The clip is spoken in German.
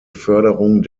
förderung